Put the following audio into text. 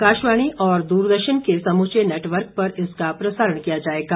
आकाशवाणी और दूरदर्शन के समूचे नेटवर्क पर इसका प्रसारण किया जायेगा